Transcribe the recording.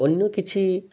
ଅନ୍ୟ କିଛି